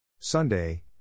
sunday